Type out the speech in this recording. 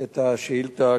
את השאילתא,